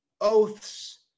oaths